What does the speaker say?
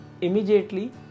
immediately